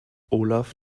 olaf